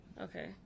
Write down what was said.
Okay